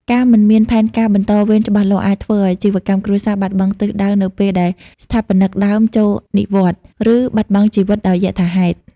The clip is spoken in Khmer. ការមិនមានផែនការបន្តវេនច្បាស់លាស់ អាចធ្វើឱ្យអាជីវកម្មគ្រួសារបាត់បង់ទិសដៅនៅពេលដែលស្ថាបនិកដើមចូលនិវត្តន៍ ឬបាត់បង់ជីវិតដោយយថាហេតុ។